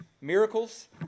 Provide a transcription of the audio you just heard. miracles